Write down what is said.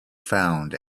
found